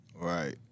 Right